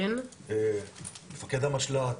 מפקד המשל"ט,